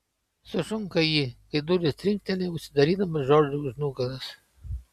sušunka ji kai durys trinkteli užsidarydamos džordžui už nugaros